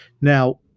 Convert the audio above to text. Now